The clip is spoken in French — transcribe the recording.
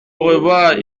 revoir